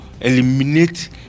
eliminate